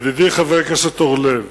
ידידי חבר הכנסת אורלב,